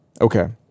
Okay